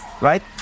right